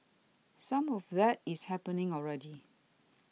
some of that is happening already